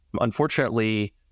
unfortunately